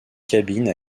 cabines